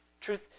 Truth